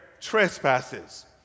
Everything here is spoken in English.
trespasses